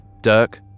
Dirk